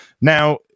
Now